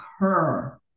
occur